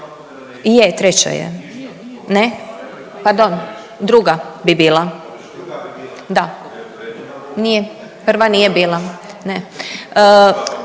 Je, treća je. Ne? Pardon druga bi bila. Ne, nije. Prva nije bila. Ne.